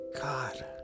God